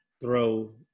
throw